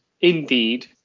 Indeed